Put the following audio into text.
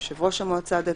יושב ראש המועצה הדתית,